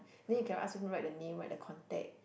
then you can ask him write the name write the contact